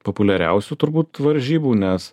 populiariausių turbūt varžybų nes